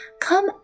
come